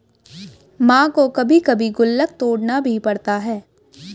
मां को कभी कभी गुल्लक तोड़ना भी पड़ता है